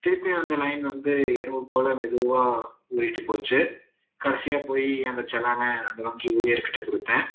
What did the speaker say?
திரும்பியும் அந்த லைன் வந்து எறும்பு போல் மெதுவாக ஊறிகிட்டு போச்சு கடைசியாக போய் அந்த செலானை அந்த வங்கி ஊழியர்க்கிட்டே கொடுத்தேன்